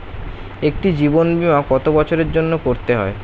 একটি জীবন বীমা কত বছরের জন্য করতে হয়?